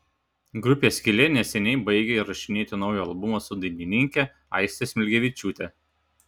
grupė skylė neseniai baigė įrašinėti naują albumą su dainininke aiste smilgevičiūte